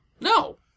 No